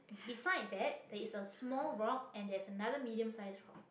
beside that there is a small rock and there's another medium-sized rock